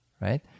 right